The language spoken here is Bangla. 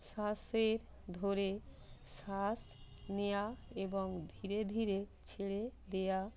শ্বাসের ধরে শ্বাস নেওয়া এবং ধীরে ধীরে ছেড়ে দেওয়া